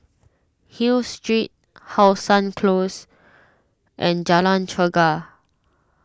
Hill Street How Sun Close and Jalan Chegar